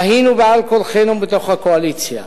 שהינו בעל כורחנו בתוך הקואליציה.